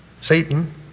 satan